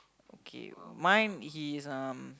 okay mine he's um